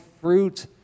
fruit